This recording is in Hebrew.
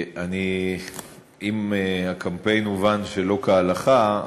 אם הקמפיין הובן שלא כהלכה,